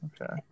Okay